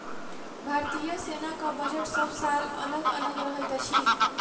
भारतीय सेनाक बजट सभ साल अलग अलग रहैत अछि